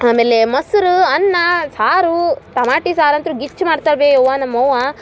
ಆಮೇಲೆ ಮೊಸರು ಅನ್ನ ಸಾರು ಟಮಾಟಿ ಸಾರು ಅಂತೂ ಗಿಚ್ ಮಾಡ್ತಾಳೆ ಬೆ ಅವ್ವ ನಮ್ಮ ಅವ್ವ